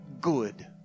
good